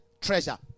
treasure